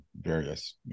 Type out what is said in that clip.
various